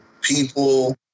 people